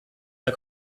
der